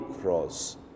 Cross